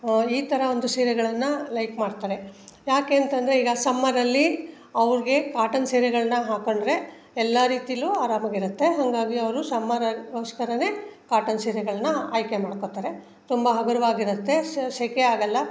ಈ ತರ ಒಂದು ಸೀರೆಗಳನ್ನ ಲೈಕ್ ಮಾಡ್ತಾರೆ ಏಕೆ ಅಂತ ಅಂದ್ರೆ ಈಗ ಸಮ್ಮರಲ್ಲಿ ಅವ್ರಿಗೆ ಕಾಟನ್ ಸೀರೆಗಳನ್ನ ಹಾಕ್ಕೊಂಡ್ರೆ ಎಲ್ಲ ರೀತಿಲೂ ಆರಾಮಾಗಿರುತ್ತೆ ಹಂಗಾಗಿ ಅವರು ಸಮ್ಮರಗೋಸ್ಕರವೇ ಕಾಟನ್ ಸೀರೆಗಳನ್ನ ಆಯ್ಕೆ ಮಾಡ್ಕೊಳ್ತಾರೆ ತುಂಬ ಹಗುರವಾಗಿರುತ್ತೆ ಸೊ ಸೆಕೆ ಆಗೋಲ್ಲ